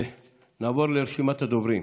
נעבור לרשימת הדוברים: